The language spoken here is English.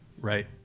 right